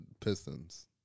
Pistons